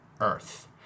Earth